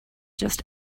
just